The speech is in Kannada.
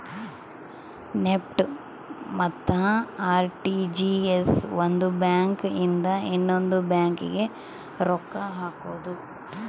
ನೆಫ್ಟ್ ಮತ್ತ ಅರ್.ಟಿ.ಜಿ.ಎಸ್ ಒಂದ್ ಬ್ಯಾಂಕ್ ಇಂದ ಇನ್ನೊಂದು ಬ್ಯಾಂಕ್ ಗೆ ರೊಕ್ಕ ಹಕೋದು